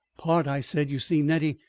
part, i said. you see, nettie,